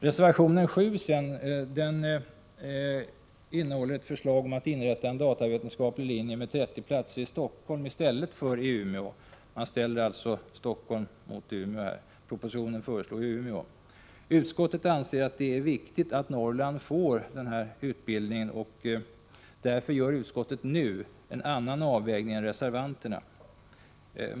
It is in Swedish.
Reservation 7 innehåller förslag om att inrätta en datavetenskaplig linje med 30 platser i Stockholm i stället för i Umeå. Man ställer alltså Stockholm emot Umeå här. Propositionen föreslår Umeå. Utskottet anser att det är viktigt att Norrland får den här utbildningen. Därför gör utskottet nu en annan avvägning än reservanterna.